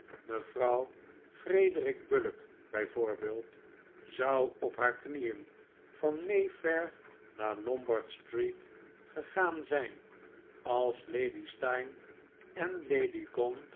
mevrouw frederic bullock bijvoorbeeld zou op haar knieen van may fair naar lombard street gegaan zijn als lady steyne en lady